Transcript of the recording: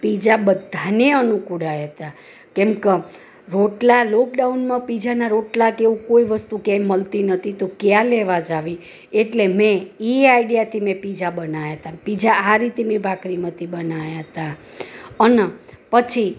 pizza બધાયને અનુકૂળ આવ્યા હતા કેમકે રોટલા લોકડાઉનમાં પિત્ઝાના રોટલા કે એવું કોઈ વસ્તુ ક્યાંય મળતી નહોતી તો કયા લેવા જવી એટલે મેં એ આઈડિયાથી મેં પિત્ઝા બનાવ્યા હતા પિત્ઝા આ રીતે મેં ભાખરીમાંથી બનાવ્યા હતા અને પછી